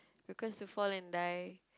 because you fall and die